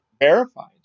verified